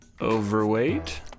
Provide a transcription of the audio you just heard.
Overweight